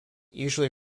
usually